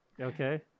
Okay